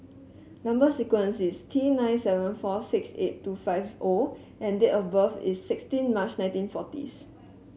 number sequence is T nine seven four six eight two five O and date of birth is sixteen March nineteen forties